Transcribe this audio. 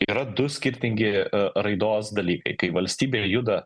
yra du skirtingi raidos dalykai kai valstybė juda